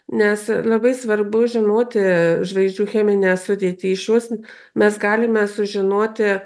nes labai svarbu žinoti žvaigždžių cheminę sudėtį iš jos mes galime sužinoti